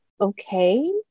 okay